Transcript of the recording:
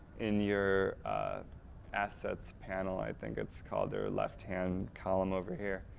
in your assets panel, i think it's called, their left hand column over here,